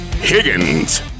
Higgins